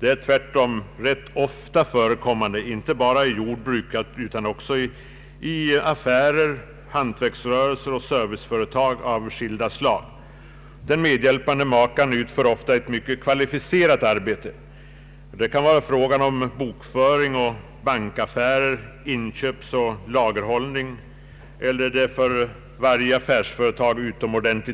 Det är tvärtom rätt ofta förekommande inte bara i jordbruk utan även i butiker, hantverksrörelser och serviceföretag av skil. da slag. Den medhjälpande makan utför ofta ett mycket kvalificerat arbete; det kan vara fråga om bokföring och bankaffärer, inköp och lagerhållning eller den för varje affärsföretag